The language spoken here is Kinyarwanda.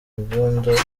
imbunda